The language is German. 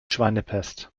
schweinepest